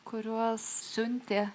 kuriuos siuntė